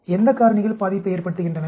எந்த காரணிகள் பாதிப்பை ஏற்படுத்துகின்றன